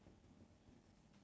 taxi